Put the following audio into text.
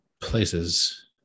places